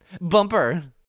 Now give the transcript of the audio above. Bumper